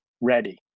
ready